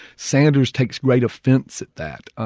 sanders takes great offense at that.